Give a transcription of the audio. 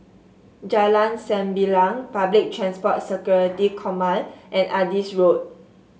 Jalan Sembilang Public Transport Security Command and Adis Road